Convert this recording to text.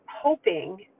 hoping